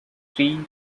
three